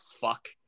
fuck